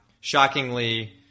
Shockingly